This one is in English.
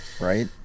Right